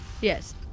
yes